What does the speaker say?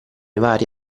vari